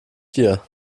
dir